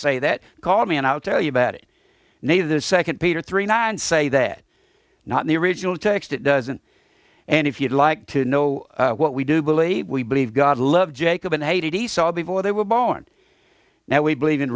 say that call me and i'll tell you about it neither the second peter three nine say that not in the original text it doesn't and if you'd like to know what we do believe we believe god loves jacob and esau before they were born now we believe in